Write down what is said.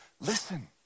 Listen